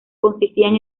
consistían